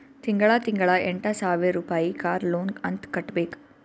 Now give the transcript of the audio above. ತಿಂಗಳಾ ತಿಂಗಳಾ ಎಂಟ ಸಾವಿರ್ ರುಪಾಯಿ ಕಾರ್ ಲೋನ್ ಅಂತ್ ಕಟ್ಬೇಕ್